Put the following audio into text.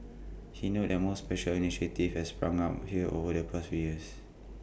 he notes there're more social initiatives have sprung up here over the past few years